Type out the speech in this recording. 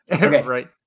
Right